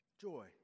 joy